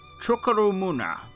Chukarumuna